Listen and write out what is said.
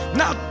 now